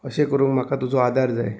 अशें करूंक म्हाका तुजो आदार जाय